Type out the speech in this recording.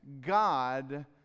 God